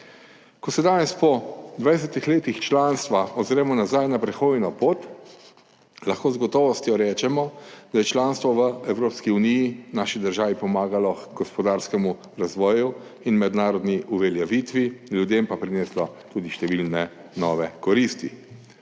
Ko se danes po 20 letih članstva ozremo nazaj na prehojeno pot, lahko z gotovostjo rečemo, da je članstvo v Evropski uniji naši državi pomagalo h gospodarskemu razvoju in mednarodni uveljavitvi, ljudem pa prineslo tudi številne nove koristi,